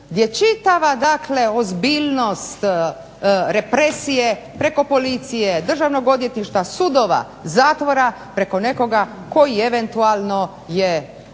gdje čitava ozbiljnost represije preko policije, državnog odvjetništva, sudova, zatvora preko nekoga koji je eventualno